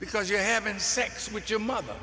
because you're having sex with your mother